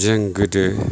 जों गोदो